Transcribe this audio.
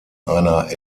einer